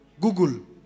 Google